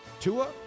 Tua